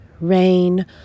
rain